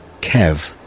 kev